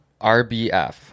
RBF